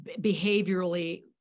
behaviorally